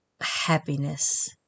happiness